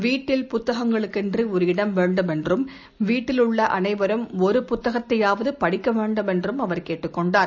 வீட்டில் புத்தகங்களுக்கென்று ஒரு இடம் வேண்டும் என்றும் வீட்டில் உள்ள அனைவரும் ஒரு புத்தகத்தையாவது படிக்க வேண்டுமென்றும் அவர் கேட்டுக் கொண்டார்